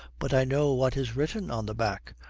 but i know what is written on the back,